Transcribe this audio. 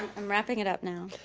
i'm wrapping it up now.